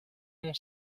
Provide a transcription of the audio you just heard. non